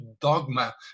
dogma